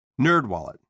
NerdWallet